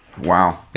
Wow